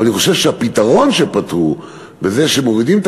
אבל אני חושב שהפתרון שפתרו בזה שמורידים את